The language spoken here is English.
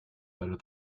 better